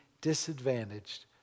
disadvantaged